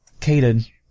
Caden